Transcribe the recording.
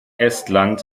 estland